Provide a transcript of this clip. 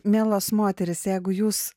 mielos moterys jeigu jūs